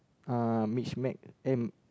uh mix match eh